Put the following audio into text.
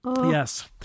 yes